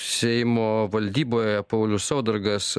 seimo valdyboje paulius saudargas